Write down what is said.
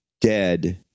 dead